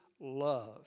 love